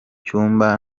cyumba